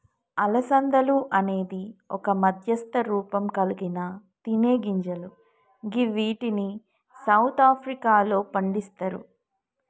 అలసందలు అనేది ఒక మధ్యస్థ రూపంకల్గిన తినేగింజలు గివ్విటిని సౌత్ ఆఫ్రికాలో పండిస్తరు